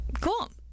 Cool